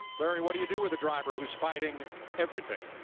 larry, what do you do with the driver who was fighting everything?